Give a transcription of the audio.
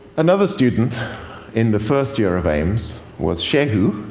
another student in the first year of aims was shehu.